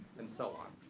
and so on.